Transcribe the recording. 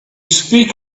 speak